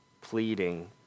pleading